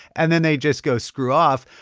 and then they just go screw off.